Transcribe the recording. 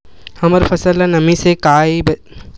हमर फसल ल नमी से क ई से बचाबो?